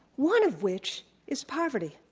one of which is poverty.